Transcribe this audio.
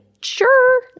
sure